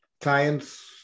clients